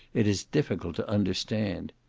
it is difficult to understand.